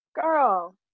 Girl